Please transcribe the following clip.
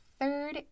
third